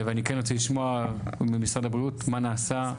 ואני כן ארצה לשמוע ממשרד הבריאות מה נעשה,